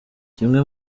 kimwe